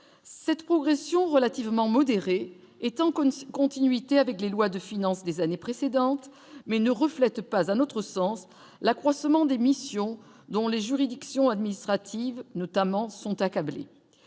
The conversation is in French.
cette progression relativement modéré est encore une continuité avec les lois de finances des années précédentes mais ne reflète pas, à notre sens, l'accroissement des missions dont les juridictions administratives notamment, sont accablés